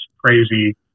crazy